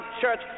Church